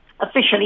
Officially